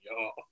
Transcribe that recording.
y'all